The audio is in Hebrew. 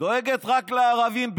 דואגת רק לערבים.